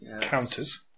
counters